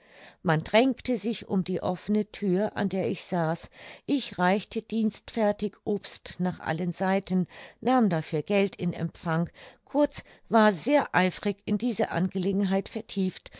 man drängte sich um die offene thür an der ich saß ich reichte dienstfertig obst nach allen seiten nahm dafür geld in empfang kurz war sehr eifrig in diese angelegenheit vertieft